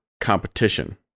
competition